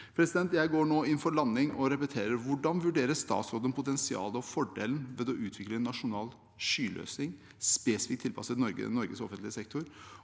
NSM gjør. Jeg går nå inn for landing og repeterer: Hvordan vurderer statsråden potensialet og fordelene ved å utvikle en nasjonal skyløsning spesifikt tilpasset Norges offentlige sektor,